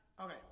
Okay